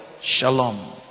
shalom